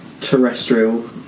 Terrestrial